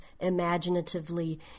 imaginatively